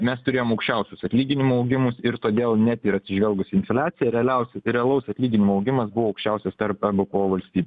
mes turėjom aukščiausius atlyginimų augimus ir todėl net ir atsižvelgus į infliaciją realiausiu realaus atlyginimų augimas buvo aukščiausias tarp nbpo valstybių